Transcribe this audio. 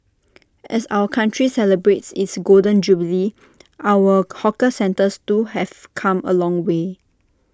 as our country celebrates its Golden Jubilee our hawker centres too have come A long way